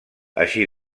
així